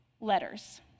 letters